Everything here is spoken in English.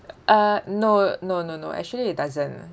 uh no no no no actually it doesn't lah